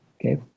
okay